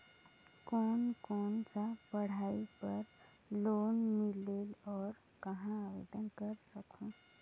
कोन कोन सा पढ़ाई बर लोन मिलेल और कहाँ आवेदन कर सकहुं?